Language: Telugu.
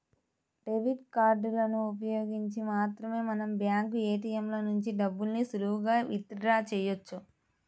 డెబిట్ కార్డులను ఉపయోగించి మాత్రమే మనం బ్యాంకు ఏ.టీ.యం ల నుంచి డబ్బుల్ని సులువుగా విత్ డ్రా చెయ్యొచ్చు